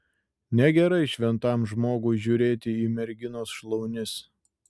negerai šventam žmogui žiūrėti į merginos šlaunis